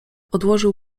odłożył